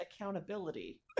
accountability